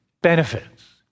benefits